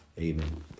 Amen